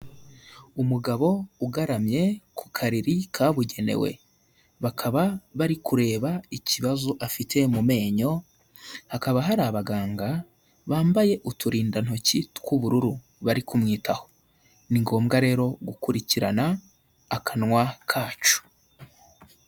Umugabo ugaramye ku kariri kabugenewe, bakaba bari kureba ikibazo afite mu menyo, hakaba hari abaganga bambaye uturindantoki tw'ubururu bari kumwitaho, ni ngombwa rero gukurikirana akanwa kacu.